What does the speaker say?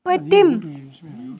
پٔتِم